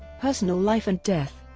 personal life and death